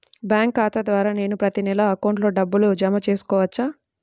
Bank ఖాతా ద్వారా నేను ప్రతి నెల అకౌంట్లో డబ్బులు జమ చేసుకోవచ్చా?